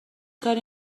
کاری